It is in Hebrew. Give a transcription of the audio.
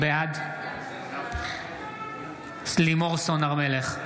בעד לימור סון הר מלך,